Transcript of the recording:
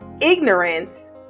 ignorance